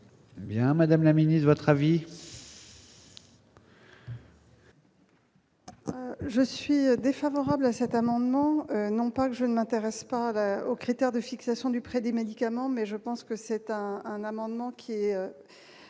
bien, Madame la Ministre votre avis. Je suis défavorable à cet amendement, non pas que je ne m'intéresse pas aux critères de fixation du prix des médicaments mais je pense que c'est un un amendement qui est